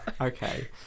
Okay